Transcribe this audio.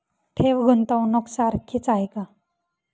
ठेव, गुंतवणूक सारखीच आहे का?